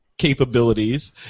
Capabilities